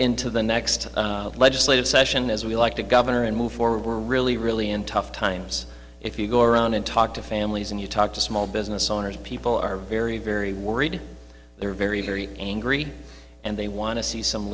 into the next legislative session as we like to governor and move forward we're really really in tough times if you go around and talk to families and you talk to small business owners people are very very worried they're very very angry and they want to see some